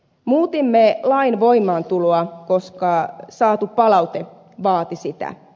muutimme lain voimaantuloa koska saatu palaute vaati sitä